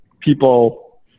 people